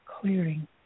clearing